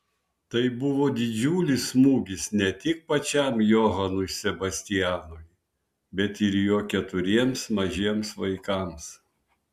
tai buvo didžiulis smūgis ne tik pačiam johanui sebastianui bet ir jo keturiems mažiems vaikams